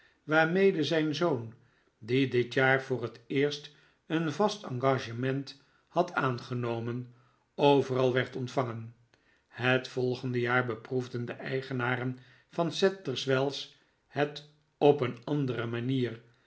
waarmede zijn zoon die dit jaar voor het eerst een vast engagement had aangenomen overal werd ontvangen het volgende jaar beproefden de eigenaren van sadlers wells het op eene andere manier